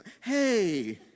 hey